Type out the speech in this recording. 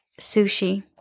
sushi